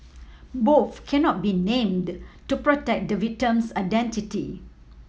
both cannot be named to protect the victim's identity